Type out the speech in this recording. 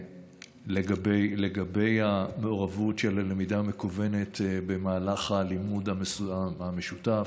לגבי המעורבות של הלמידה המקוונת במהלך הלימוד המשותף,